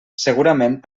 segurament